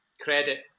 credit